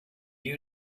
you